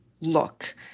look